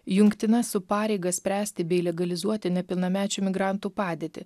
jungtina su pareiga spręsti bei legalizuoti nepilnamečių migrantų padėtį